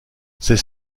ses